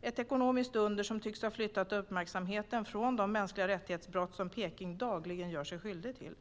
Ett ekonomiskt under tycks ha flyttat uppmärksamheten från de brott mot mänskliga rättigheter som Peking dagligen gör sig skyldig till.